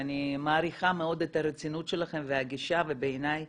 אני מעריכה מאוד את הרצינות שלכם והגישה ובעיניי